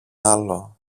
άλλο